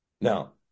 Now